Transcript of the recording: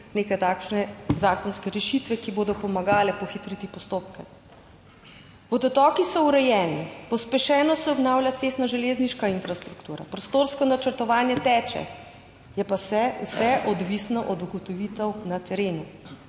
neke takšne zakonske rešitve, ki bodo pomagale pohitriti postopke. Vodotoki so urejeni, pospešeno se obnavlja cestna, železniška infrastruktura, prostorsko načrtovanje teče. Je pa vse odvisno od ugotovitev na terenu.